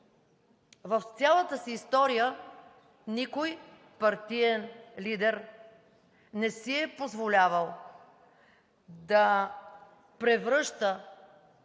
в цялата си история никой партиен лидер не си е позволявал да превръща